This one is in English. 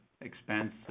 expense